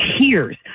tears